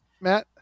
matt